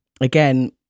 again